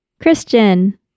Christian